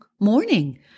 morning